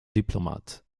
diplomat